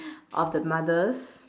of the mothers